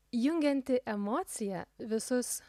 jungianti emocija visus